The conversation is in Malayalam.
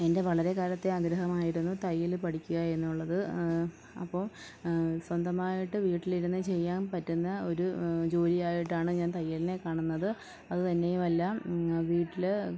എൻ്റെ വളരെ കാലത്തെ ആഗ്രഹമായിരുന്നു തയ്യല് പഠിക്കുക എന്നുള്ളത് അപ്പോൾ സ്വന്തമായിട്ട് വീട്ടിലിരുന്ന് ചെയ്യാൻ പറ്റുന്ന ഒരു ജോലിയായിട്ടാണ് ഞാൻ തയ്യലിനെ കാണുന്നത് അത് തന്നെയും അല്ല വീട്ടിൽ